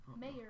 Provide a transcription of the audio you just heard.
Mayor